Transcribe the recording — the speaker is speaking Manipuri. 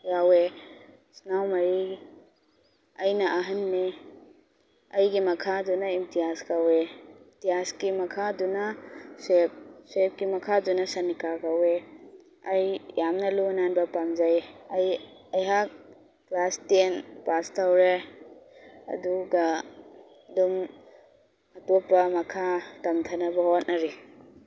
ꯌꯥꯎꯑꯦ ꯏꯆꯤꯟꯅꯥꯎ ꯃꯔꯤ ꯑꯩꯅ ꯑꯍꯟꯅꯦ ꯑꯩꯒꯤ ꯃꯈꯥꯗꯨꯅ ꯏꯝꯇꯤꯌꯥꯁ ꯀꯧꯋꯦ ꯏꯝꯇꯤꯌꯥꯁꯀꯤ ꯃꯈꯥꯗꯨꯅ ꯁꯦꯞ ꯁꯦꯞꯀꯤ ꯃꯈꯥꯗꯨꯅ ꯁꯃꯤꯀꯥ ꯀꯧꯋꯦ ꯑꯩ ꯌꯥꯝꯅ ꯂꯨ ꯅꯥꯟꯕ ꯄꯥꯝꯖꯩ ꯑꯩ ꯑꯩꯍꯥꯛ ꯀ꯭ꯂꯥꯁ ꯇꯦꯟ ꯄꯥꯁ ꯇꯧꯔꯦ ꯑꯗꯨꯒ ꯑꯗꯨꯝ ꯑꯇꯣꯞꯄ ꯃꯈꯥ ꯇꯝꯊꯅꯕ ꯍꯣꯠꯅꯔꯤ